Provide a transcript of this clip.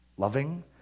Loving